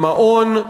המעון,